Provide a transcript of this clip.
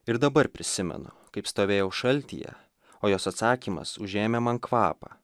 ir dabar prisimenu kaip stovėjau šaltyje o jos atsakymas užėmė man kvapą